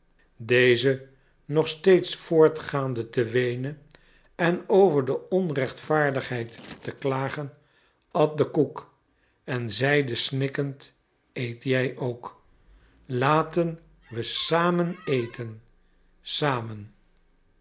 deze nog steeds voortgaande te weenen en over de onrechtvaardigheid te klagen at de koek en zeide snikkend eet jij ook laten we samen eten samen